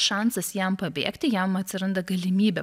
šansas jam pabėgti jam atsiranda galimybė